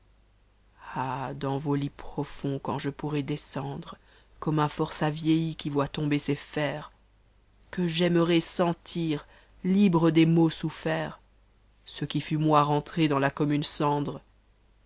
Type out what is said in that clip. ah dans vos lits profonds quand je pourrai descendra comme un forçat vieilli qui vo t tomber ses fers que j'aimerai sentir libre des maux sounerts ce qui fat mol rentrer dans la commune cendre